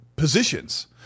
positions